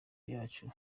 yacu